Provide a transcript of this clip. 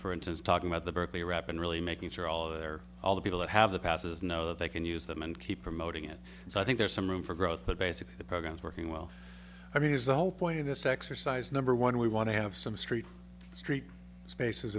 for instance talking about the berkeley rep and really making sure all of their all the people that have the passes know that they can use them and keep promoting it so i think there's some room for growth but basically the programs working well i mean is the whole point of this exercise number one we want to have some street street spaces